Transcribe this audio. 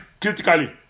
critically